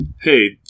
Hey